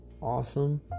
awesome